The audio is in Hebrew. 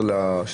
השנייה והשלישית.